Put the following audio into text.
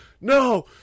no